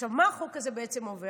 מה החוק הזה בעצם אומר?